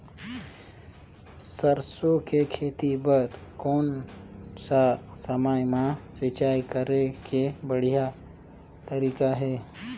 सरसो के खेती बार कोन सा समय मां सिंचाई करे के बढ़िया तारीक हे?